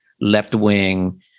left-wing